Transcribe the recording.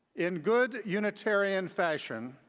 in good unitarian fashion,